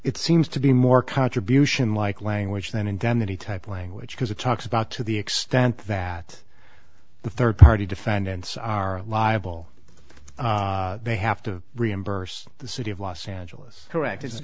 it seems to be more contribution like language then and then he type language because it talks about to the extent that the third party defendants are liable they have to reimburse the city of los angeles correct i